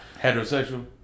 Heterosexual